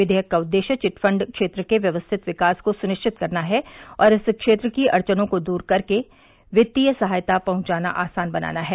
विधेयक का उद्देश्य चिट फंड क्षेत्र के व्यवस्थित विकास को सुनिश्चित करना और इस क्षेत्र की अड़चनों को दूर करके लोगों तक वित्तीय पहुंच आसान बनाना है